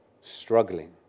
struggling